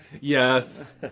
Yes